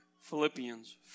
Philippians